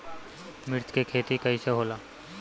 मिर्च के खेती कईसे होला?